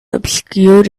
obscured